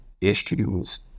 issues